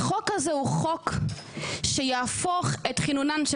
החוק הזה הוא חוק שיהפוך את כינונן של